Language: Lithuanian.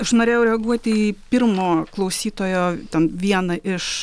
aš norėjau reaguoti į pirmo klausytojo ten vieną iš